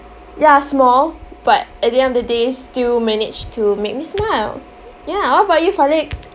ya small but at the end of the day still managed to make me smile ya what about you falik